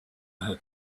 her